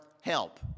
help